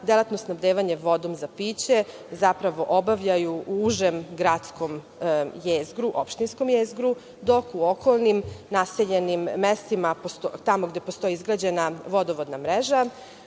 delatnost snabdevanja vodom za piće, zapravo, obavljaju u užem gradskom jezgru, opštinskom jezgru. Dok u okolnim naseljenim mestima, tamo gde postoji izgrađena vodovodna mreža,